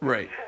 Right